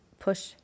push